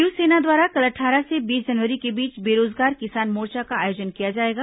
शिवसेना द्वारा कल अट्ठारह से बीस जनवरी के बीच बेरोजगार किसान मोर्चा का आयोजन किया जाएगा